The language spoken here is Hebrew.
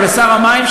או לשר המים,